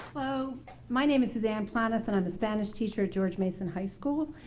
my name is suzanne plannis, and i'm a spanish teacher at george mason high school,